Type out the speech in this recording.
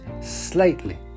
slightly